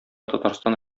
татарстан